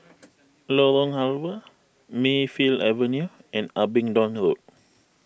Lorong Halwa Mayfield Avenue and Abingdon Road